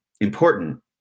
important